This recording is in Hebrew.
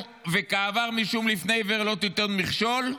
וקעבר משום לפני עיוור לא תיתן מכשול?"